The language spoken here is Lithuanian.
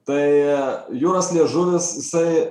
tai jūros liežuvis jisai